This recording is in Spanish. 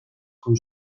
con